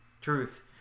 Truth